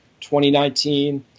2019